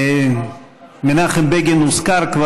מנחם בגין כבר הוזכר,